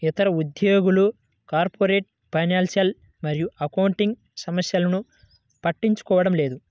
ఇతర ఉద్యోగులు corporate finance మరియు అకౌంటింగ్ సమస్యలను పట్టించుకోవడం లేదు